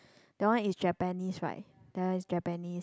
that one is Japanese right that one is Japanese